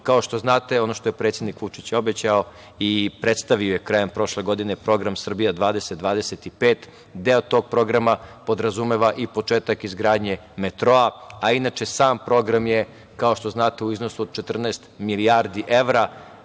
što znate, ono što je predsednik Vučić obećao i predstavio krajem prošle godine, program „Srbija 20-25“, deo tog programa podrazumeva i početak izgradnje metroa. Inače sam program je, kao što znate u iznosu od 14 milijardi evra.